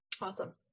awesome